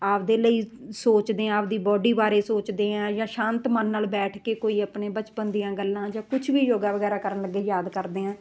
ਆਪਦੇ ਲਈ ਸੋਚਦੇ ਹਾਂ ਆਪਦੀ ਬਾਡੀ ਬਾਰੇ ਸੋਚਦੇ ਹਾਂ ਜਾਂ ਸ਼ਾਂਤ ਮਨ ਨਾਲ ਬੈਠ ਕੇ ਕੋਈ ਆਪਣੇ ਬਚਪਨ ਦੀਆਂ ਗੱਲਾਂ ਜਾਂ ਕੁਛ ਵੀ ਯੋਗਾ ਵਗੈਰਾ ਕਰਨ ਲੱਗੇ ਯਾਦ ਕਰਦੇ ਹਾਂ